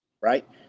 Right